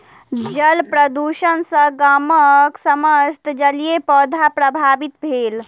जल प्रदुषण सॅ गामक समस्त जलीय पौधा प्रभावित भेल